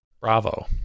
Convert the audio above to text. Bravo